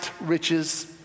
riches